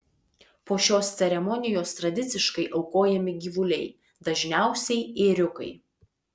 po šios ceremonijos tradiciškai aukojami gyvuliai dažniausiai ėriukai